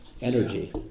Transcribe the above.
energy